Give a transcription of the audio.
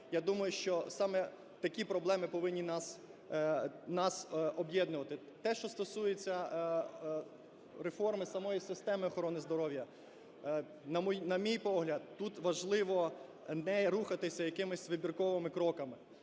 я думаю, що саме такі проблеми повинні нас об'єднувати. Те, що стосується реформи самої системи охорони здоров'я. На мій погляд, тут важливо не рухатися якимись вибірковими кроками,